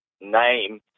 name